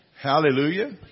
Hallelujah